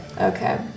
Okay